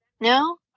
No